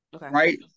Right